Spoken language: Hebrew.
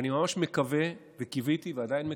ואני ממש מקווה, קיוויתי ועדיין מקווה,